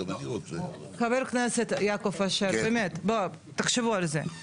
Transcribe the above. חבר הכנסת יעקב אשר באמת תחשבו על זה,